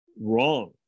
wrong